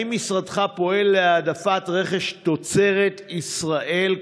5. האם משרדך פועל להעדפת רכש תוצרת ישראל,